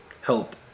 help